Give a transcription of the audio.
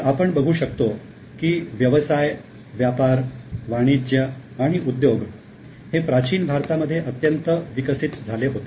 तर आपण बघू शकतो की व्यवसाय व्यापार वाणिज्य आणि उद्योग हे प्राचीन भारतामध्ये अत्यंत विकसित झाले होते